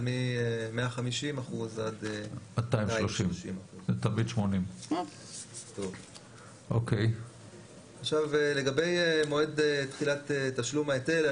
מ-150% עד 230%. לגבי מועד תחילת תשלום ההיטל,